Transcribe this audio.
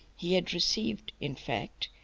he had received, in fact,